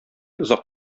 озак